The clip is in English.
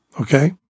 okay